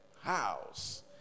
house